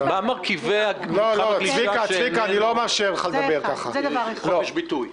אני לא משפטן גדול,